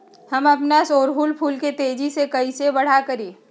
हम अपना ओरहूल फूल के तेजी से कई से बड़ा करी?